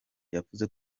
yavuze